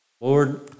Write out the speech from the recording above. Lord